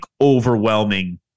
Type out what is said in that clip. overwhelming